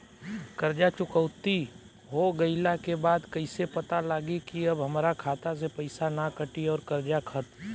कर्जा चुकौती हो गइला के बाद कइसे पता लागी की अब हमरा खाता से पईसा ना कटी और कर्जा खत्म?